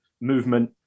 movement